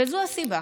זו הסיבה